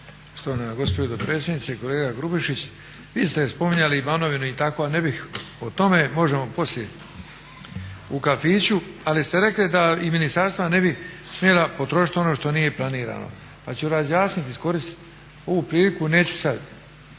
(HDZ)** Štovana gospođo dopredsjednice. Kolega Grubišić, vi ste spominjali Banovinu i tako, a ne bih o tome, možemo poslije u kafiću, ali ste rekli da i ministarstva ne bi smjela potrošit ono što nije planirano, pa ću razjasnit, iskoristit ovu priliku, neću sad